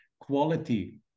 quality